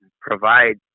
provide